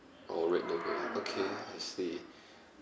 oh red logo okay I see